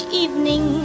evening